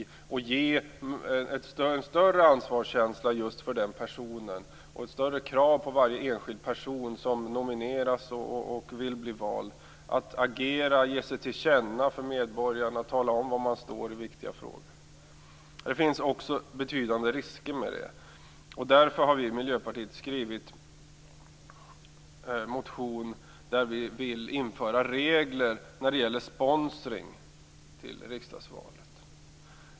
Det kan ge större ansvarskänsla. Det kan ställa större krav på varje enskild person som nomineras och som vill bli vald att agera, ge sig till känna för medborgarna och tala om var man står i viktiga frågor. Det finns också betydande risker med detta. Därför har vi i Miljöpartiet skrivit en motion där vi vill införa regler när det gäller sponsring till riksdagsval.